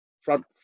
Front